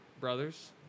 brothers